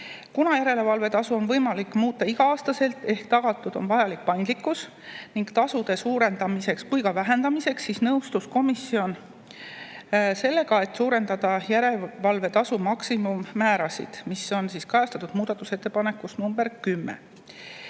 Kuna järelevalvetasu on võimalik muuta igal aastal ehk tagatud on vajalik paindlikkus nii tasude suurendamiseks kui ka vähendamiseks, siis nõustus komisjon sellega, et suurendada järelevalvetasu maksimummäärasid. See on kajastatud muudatusettepanekus nr 10.